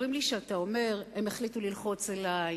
אומרים לי שאתה אומר: הם החליטו ללחוץ עלי,